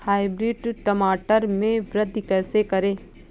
Hybrid टमाटर में वृद्धि कैसे करें?